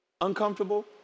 uncomfortable